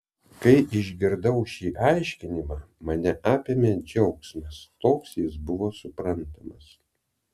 kai išgirdau šį aiškinimą mane apėmė džiaugsmas toks jis buvo suprantamas